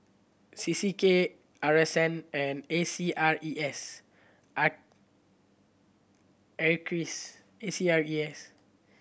C C K R S N and A C R E S R A C R E S